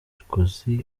sarkozy